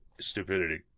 stupidity